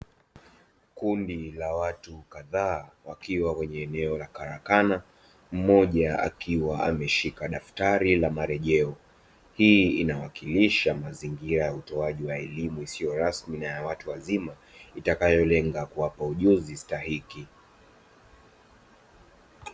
Kundi la watu kadhaa wakiwa kwenye eneo la karakana, mmoja akiwa ameshika daftari la marejeo. Hii inawakilisha mazingira ya utoaji wa elimu isiyo rasmi na ya watu wazima, itakayolenga kuwapa ujuzi stahiki.